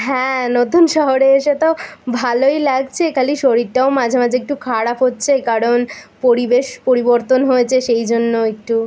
হ্যাঁ নতুন শহরে এসে তো ভালোই লাগছে খালি শরীরটা মাঝে মাঝে একটু খারাপ হচ্ছে কারণ পরিবেশ পরিবর্তন হয়েছে সেই জন্য একটু